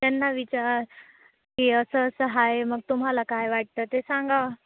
त्यांना विचार की असं असं आहे मग तुम्हाला काय वाटतं ते सांगा